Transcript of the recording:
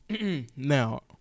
Now